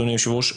אדוני היושב-ראש,